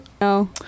No